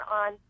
on